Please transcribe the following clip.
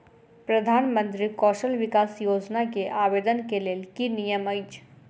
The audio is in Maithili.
प्रधानमंत्री कौशल विकास योजना केँ आवेदन केँ लेल की नियम अछि?